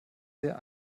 sehr